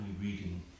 reading